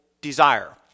desire